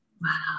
Wow